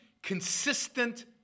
consistent